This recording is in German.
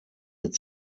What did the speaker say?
mit